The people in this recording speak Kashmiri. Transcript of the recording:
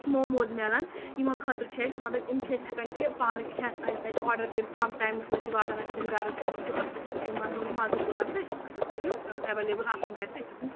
موموز میلان یِمو خٲطرٕ چھِ أسۍ مطلب یِم چھِ أسۍ ہٮ۪کان کہِ پانہٕ کھٮ۪تھ تَتہِ آرڈَر کٔرِتھ کَم ٹایمَس منٛز چھِ واتان اَسہِ تِم گَرٕ تہٕ أسۍ چھِ تِم اَصٕل پٲٹھۍ تِمَن ہُنٛد مَزٕ تُلان تہٕ أسۍ چھِ اَصٕل پٲٹھۍ تِم اٮ۪وٮ۪لیبٕل آسان گَرِ تہِ أسۍ چھِ تِم